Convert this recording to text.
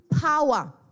power